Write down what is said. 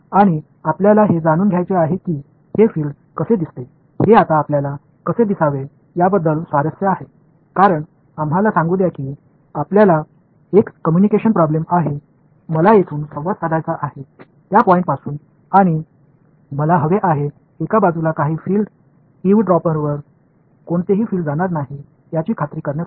आणि आपल्याला हे जाणून घ्यायचे आहे की हे फील्ड कसे दिसते हे आता आपल्याला कसे दिसावे याबद्दल स्वारस्य आहे कारण आम्हाला सांगू द्या की आपल्याला एक कम्युनिकेशन प्रॉब्लेम आहे मला येथून संवाद साधायचा आहे त्या पॉईंटपासून आणि मला हवे आहे एका बाजूला काही फील्ड इव्हड्रॉपरवर कोणतेही फील्ड जाणार नाही याची खात्री करण्यासाठी